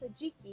Sajiki